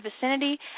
vicinity